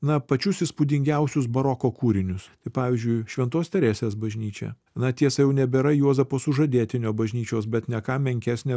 na pačius įspūdingiausius baroko kūrinius tai pavyzdžiui šventos teresės bažnyčia na tiesa jau nebėra juozapo sužadėtinio bažnyčios bet ne ką menkesnė